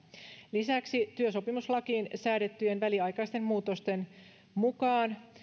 lisäksi työsopimuslakiin säädettyjen väliaikaisten muutosten mukaan